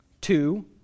Two